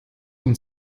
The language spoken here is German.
und